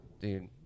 Dude